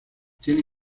tienen